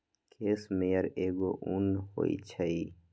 case मेयर एगो उन होई छई